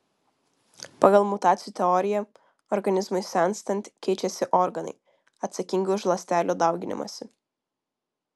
pagal mutacijų teoriją organizmui senstant keičiasi organai atsakingi už ląstelių dauginimąsi